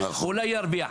אולי ירוויח,